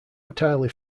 entirely